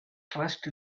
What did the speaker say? trust